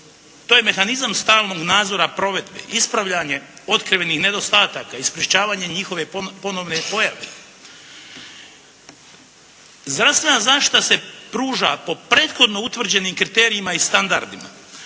To je mehanizam stalnog nadzora provedbe. Ispravljanje otkrivenih nedostataka i sprečavanje njihove ponovne pojave. Zdravstvena zaštita se pruža po prethodno utvrđenim kriterijima i standardima.